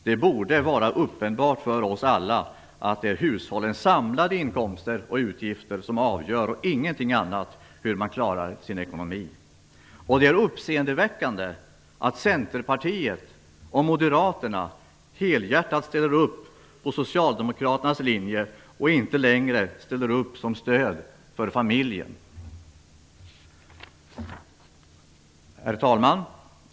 Det borde vara uppenbart för oss alla att det är hushållens samlade inkomster och utgifter som avgör och ingenting annat hur man klarar sin ekonomi. Det är uppseendeväckande att Centerpartiet och Moderaterna helhjärtat ställer sig bakom Socialdemokraternas linje och att de inte längre ställer upp och stöder familjerna. Herr talman!